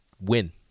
win